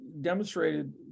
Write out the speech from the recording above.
demonstrated